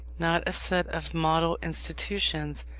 not a set of model institutions,